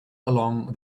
along